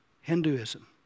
Hinduism